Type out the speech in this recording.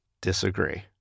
disagree